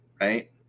Right